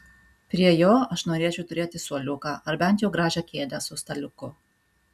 prie jo aš norėčiau turėti suoliuką ar bent jau gražią kėdę su staliuku